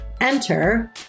Enter